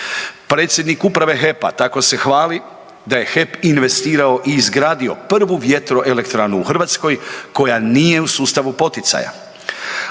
Predsjednik uprave HEP-a tako se hvali da je HEP investirao i izgradio prvu vjetroelektranu u Hrvatskoj koja nije u sustavu poticaja,